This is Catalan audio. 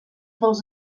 dels